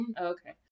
okay